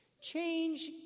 Change